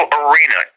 arena